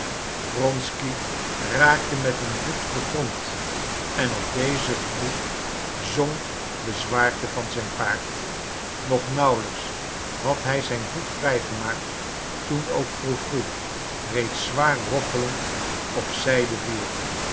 wronsky raakte met een voet den grond en op dezen voet zonk de zwaarte van zijn paard nog nauwelijks had hij zijn voet vrijgemaakt toen ook froe froe reeds zwaar rochelend op zijde viel